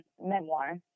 memoir